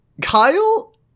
Kyle-